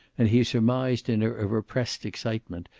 and he surmised in her a repressed excitement,